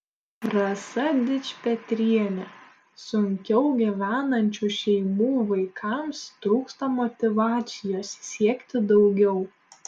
rasa dičpetrienė sunkiau gyvenančių šeimų vaikams trūksta motyvacijos siekti daugiau